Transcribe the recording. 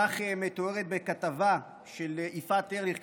כך מתואר בכתבה של יפעת ארליך,